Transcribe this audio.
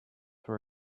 for